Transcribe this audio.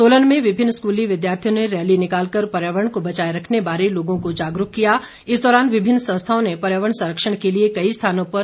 सोलन में विभिन्न स्कूली विद्यार्थियों ने रैली निकालकर पर्यावरण को बचाए रखने बारे लोगों को जागरूक किया इस दौरान विभिन्न संस्थाओं ने पर्यावरण संरक्षण के लिए कई स्थानों पर पौधारोपण भी किया गया